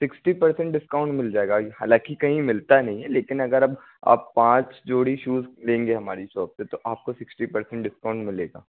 sixty percent discount मिल जाएगा हालाँकि कहीं मिलता नहीं है लेकिन अगर आप पांच जोड़ी शूज़ लेंगे हमारी सोप से तो आपको सिक्सटी परसेंट डिस्काउंट मिलेगा